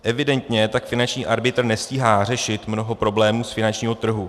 Evidentně tak finanční arbitr nestíhá řešit mnoho problémů z finančního trhu.